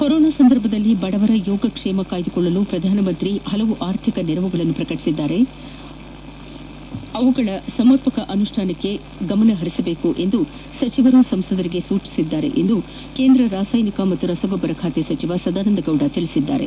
corona ಸಂದರ್ಭದಲ್ಲಿ ಬಡವರ ಯೋಗ ಕ್ಷೇಮ ಕಾಯ್ದುಕೊಳ್ಳಲು ಪ್ರಧಾನಮಂತ್ರಿ ಪಲವಾರು ಆರ್ಥಿಕ ನೆರವನ್ನು ಪ್ರಕಟಿಸಿದ್ದು ಅದರ ಸಮರ್ಪಕ ಅನುಷ್ಠಾನಕ್ಕೆ ಗಮನ ಪರಿಸುವಂತೆ ಸಚಿವರು ಸಂಸದರಿಗೆ ಸೂಚಿಸಿದ್ದಾರೆ ಎಂದು ಕೇಂದ್ರ ರಸಾಯಿನಿಕ ಮತ್ತು ರಸಗೊಬ್ಲರ ಸಚಿವ ಸದಾನಂದಗೌಡ ಹೇಳಿದ್ದಾರೆ